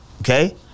Okay